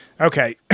okay